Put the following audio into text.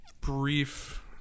brief